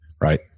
right